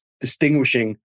distinguishing